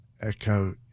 echo